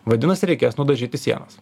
vadinasi reikės nudažyti sienas